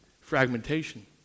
Fragmentation